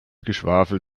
geschwafel